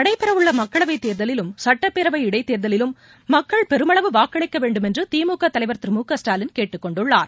நடைபெறவுள்ளமக்களவைத் தேர்தலிலும் சுட்டப்பேரவை இடைத் தேர்தலிலும் மக்கள் பெருமளவு வாக்களிக்கவேண்டும் என்றுதிமுகதலைவர் திரு மு க ஸ்டாலின் கேட்டுக் கொண்டுள்ளார்